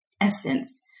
essence